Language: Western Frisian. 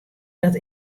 dat